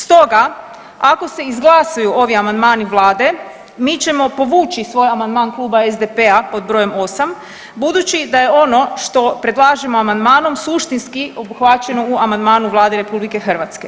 Stoga ako se izglasuju ovi amandmani vlade mi ćemo povući svoj amandman kluba SDP-a pod brojem 8 budući da je ono što predlažemo amandmanom suštinski obuhvaćeno u amandmanu Vlade RH.